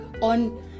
on